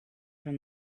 from